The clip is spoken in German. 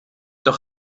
doch